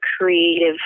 creative